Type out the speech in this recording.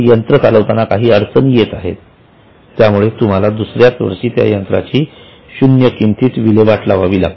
यंत्र चालवताना काही अडचणी येत आहेत त्यामुळे तुम्हाला दुसऱ्याच वर्षी त्या यंत्राची शून्य किमतीत विल्हेवाट लावावी लागली